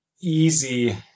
easy